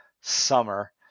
summer